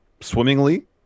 swimmingly